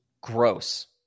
gross